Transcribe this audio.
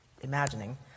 imagining